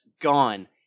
gone